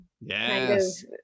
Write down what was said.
yes